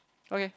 okay